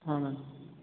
हाँ मैम